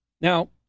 Now